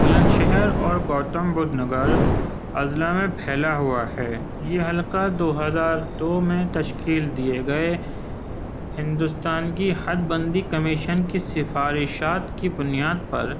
بلند شہر اور گوتم بدھ نگر اضلاع میں پھیلا ہوا ہے یہ حلقہ دو ہزار دو میں تشکیل دیے گئے ہندوستان کی حد بندی کمیشن کی سفارشات کی بنیاد پر